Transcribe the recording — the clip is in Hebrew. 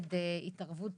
ונגד טיפול